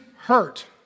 hurt